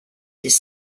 his